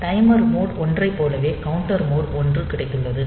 timer mode 1 ஐப் போலவே counter mode 1 கிடைத்துள்ளது